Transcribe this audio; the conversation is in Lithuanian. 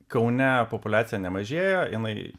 kaune populiacija nemažėja jinai